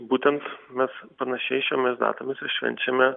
būtent mes panašiai šiomis datomis ir švenčiame